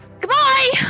Goodbye